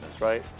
right